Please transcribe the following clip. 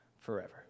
forever